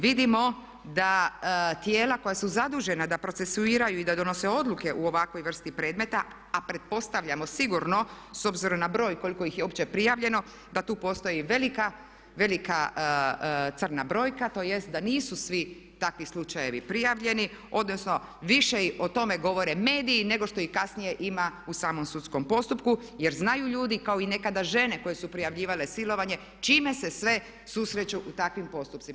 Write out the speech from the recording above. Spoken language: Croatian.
Vidimo da tijela koja su zadužena da procesuiraju i da donose odluke u ovakvoj vrsti predmeta a pretpostavljamo sigurno s obzirom na broj koliko ih je uopće prijavljeno da tu postoji velika crna brojka tj. da nisu svi takvi slučajevi prijavljeni, odnosno više o tome govore mediji nego što ih kasnije ima u samom sudskom postupku jer znaju ljudi kao i nekada žene koje su prijavljivale silovanje s čime se sve susreću u takvim postupcima.